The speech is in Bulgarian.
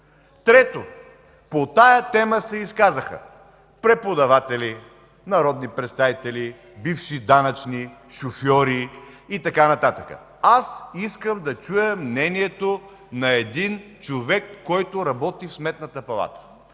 Трето, по тази тема се изказаха преподаватели, народни представители, бивши данъчни, шофьори и така нататък. Аз искам да чуя мнението на човек, който работи в Сметната палата.